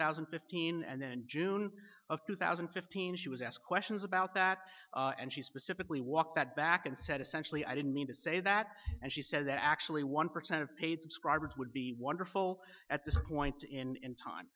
thousand and fifteen and then in june of two thousand and fifteen she was asked questions about that and she specifically walked that back and said essentially i didn't mean to say that and she said that actually one percent of paid subscribers would be wonderful at this point in time